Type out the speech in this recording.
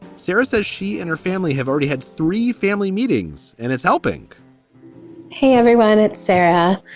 sarah says she and her family have already had three family meetings and it's helping hey, everyone, it's sarah.